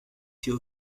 fait